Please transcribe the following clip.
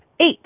Eight